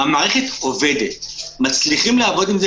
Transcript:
המערכת עובדת, כל בתי המשפט מצליחים לעבוד עם זה.